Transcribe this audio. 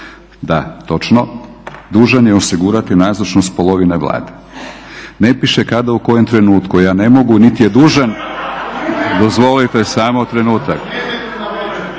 stavak 2. dužan je osigurati nazočnost polovine Vlade. Ne piše kada u kojem trenutku, ja ne mogu niti je dužan … …/Upadica se ne